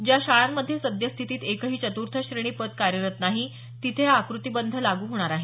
ज्या शाळांमध्ये सद्यस्थितीत एकही चतुर्थ श्रेणी पद कार्यरत नाही तिथे हा आकृतीबंध लागू होणार आहे